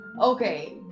Okay